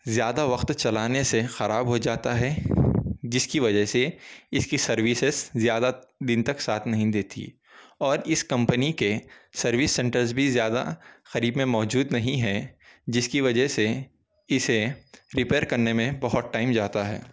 زیادہ وقت چلانے سے خراب ہو جاتا ہے جس کی وجہ سے اِس کی سرویسز زیادہ دِن تک ساتھ نہیں دیتی اور اِس کمپنی کے سروس سنٹرز بھی زیادہ قریب میں موجود نہیں ہیں جس کی وجہ سے اِسے رپئیر کرنے میں بہت ٹائم جاتا ہے